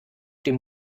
dem